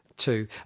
two